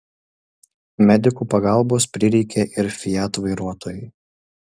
medikų pagalbos prireikė ir fiat vairuotojui